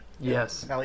Yes